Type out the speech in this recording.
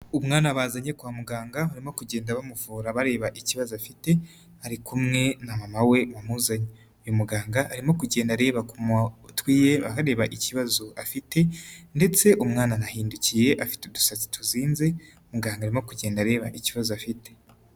Umwana bazanye kwa muganga barimo kugenda bamuvura bareba ikibazo afite, ari kumwe na mama we wamuzanye, uyu muganga arimo kugenda areba ku matwi ye ahareba ikibazo afite ndetse umwana arahindukiye afite udusa tuzinze, muganga arimo kugenda areba ikibazo afite.